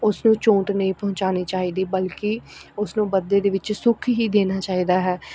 ਉਸਨੂੰ ਚੋਟ ਨਹੀਂ ਪਹੁੰਚਾਉਣੀ ਚਾਹੀਦੀ ਬਲਕਿ ਉਸ ਨੂੰ ਬਦਲੇ ਦੇ ਵਿੱਚ ਸੁੱਖ ਹੀ ਦੇਣਾ ਚਾਹੀਦਾ ਹੈ